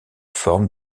forme